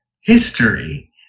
history